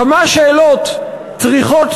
כמה שאלות צריכות,